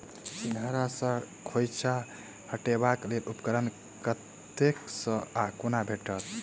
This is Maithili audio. सिंघाड़ा सऽ खोइंचा हटेबाक लेल उपकरण कतह सऽ आ कोना भेटत?